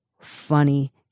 funny